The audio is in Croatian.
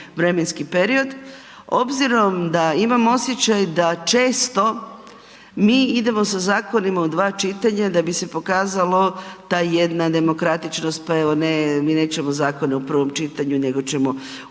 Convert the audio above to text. vremenski period. Obzirom da imam osjećaj da često mi idemo sa zakonima u dva čitanja da bi se pokazalo ta jedna demokratičnost, pa evo mi nećemo zakone u prvom čitanju nego ćemo u